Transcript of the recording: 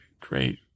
great